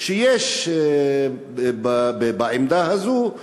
ויש בעמדה הזאת,